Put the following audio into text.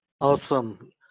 Awesome